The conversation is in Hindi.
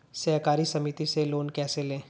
सहकारी समिति से लोन कैसे लें?